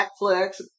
Netflix